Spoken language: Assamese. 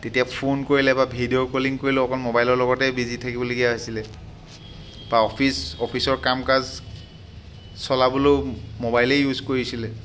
তেতিয়া ফোন কৰিলে বা ভিডিঅ' কলিং কৰিলে অকল মোবাইলৰ লগতে বিজি থাকিবলগীয়া হৈছিলে বা অফিচ অফিচৰ কাম কাজ চলাবলৈয়ো মোবাইলে ইউজ কৰিছিলে